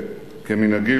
כמנהגי,